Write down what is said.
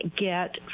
get